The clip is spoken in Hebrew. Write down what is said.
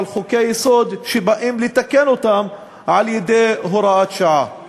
חוקי-יסוד שבאים לתקן אותם על-ידי הוראת שעה.